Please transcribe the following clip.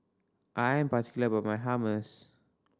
I am particular about my Hummus